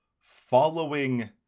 following